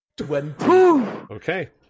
Okay